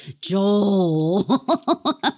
Joel